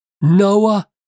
Noah